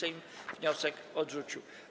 Sejm wniosek odrzucił.